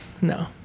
No